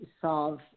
solve